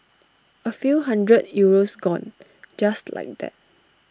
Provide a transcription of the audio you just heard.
A few hundred euros gone just like that